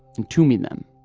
entombing them.